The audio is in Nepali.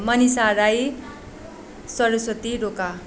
मनिषा राई सरस्वती रोका